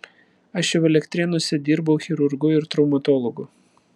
aš jau elektrėnuose dirbau chirurgu ir traumatologu